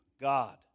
God